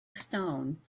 stone